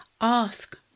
Ask